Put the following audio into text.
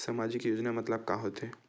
सामजिक योजना मतलब का होथे?